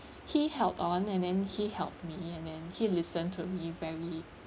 he held on and then he helped me and then he listened to me very